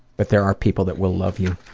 but there are people that will love you,